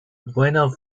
buena